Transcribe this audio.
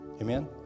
Amen